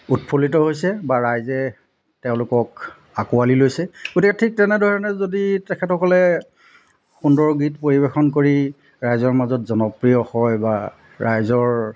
উৎফুল্লিত হৈছে বা ৰাইজে তেওঁলোকক আঁকোৱালি লৈছে গতিকে ঠিক তেনেধৰণে যদি তেখেতসকলে সুন্দৰ গীত পৰিৱেশন কৰি ৰাইজৰ মাজত জনপ্ৰিয় হয় বা ৰাইজৰ